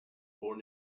born